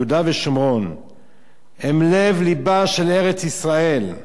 יהודה ושומרון הם לב-לבה של ארץ-ישראל.